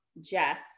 Jess